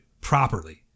properly